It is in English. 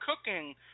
Cooking